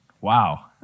Wow